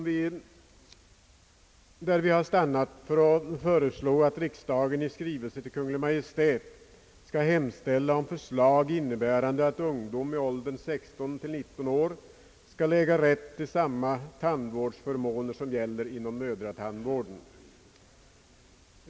Vi har stannat för att föreslå att riksdagen i skrivelse till Kungl. Maj:t måtte hemställa om förslag innebärande att ungdom i åldern 16—19 år skall äga rätt till samma tandvårdsförmåner som gäller inom mödratandvården.